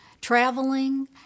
traveling